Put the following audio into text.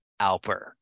Alper